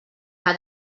que